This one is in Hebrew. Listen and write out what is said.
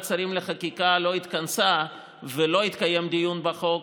שרים לחקיקה לא התכנסה ולא התקיים דיון בחוק,